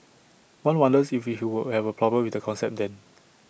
one wonders if he would have A problem with the concept then